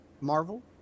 Marvel